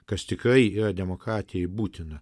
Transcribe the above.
kas tikrai yra demokratijai būtina